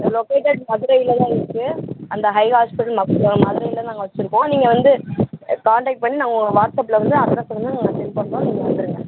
located மதுரைல தான் இருக்கு அந்த ஐ ஹாஸ்ப்பிட்டல் மதுரையில மதுரையில நாங்கள் வச்சிருக்கோம் நீங்கள் வந்து காண்டக்ட் பண்ணி நான் உங்களுக்கு வாட்ஸ்அப்பில் வந்து அட்ரெஸ்ஸை வந்து நாங்கள் சென்ட் பண்ணுறோம் நீங்கள் வந்துருங்க